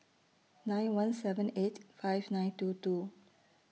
nine one seven eight five nine two two